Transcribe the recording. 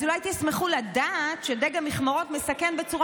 אז אולי תשמחו לדעת שדיג המכמורות מסכן בצורה